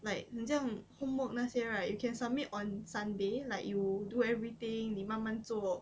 like 很像 homework 那些 right you can submit on sunday like you do everything 你慢慢做